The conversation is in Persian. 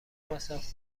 مصرف